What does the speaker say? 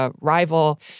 rival